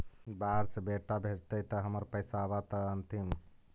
बाहर से बेटा भेजतय त हमर पैसाबा त अंतिम?